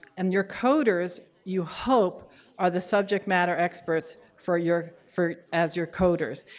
and your coders you hope are the subject matter experts for your for as your coders.